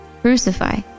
Crucify